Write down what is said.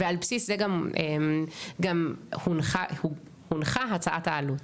ועל בסיס זה גם הונחה הצעת העלות.